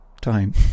time